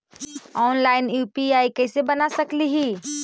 Online UPI कैसे बना सकली ही?